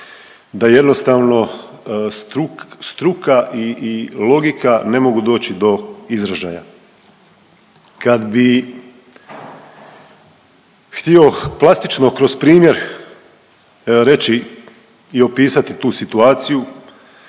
da jednostavno struk… struka i logika ne mogu doći do izražaja. Kad bi htio plastično kroz primjer reći i opisati tu situaciju